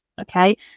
Okay